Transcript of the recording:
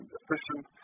efficient